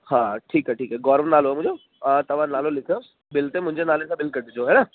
हा ठीकु आहे ठीकु आहे गौरव नालो आहे मुंहिंजो हा तव्हां नालो लिखियो बिल ते मुंहिंजे नाले सां बिल कढिजो है ना